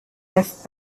left